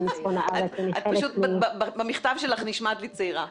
אני מצפון הארץ --- במכתב שלך נשמעת לי צעירה.